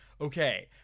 okay